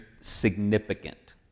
significant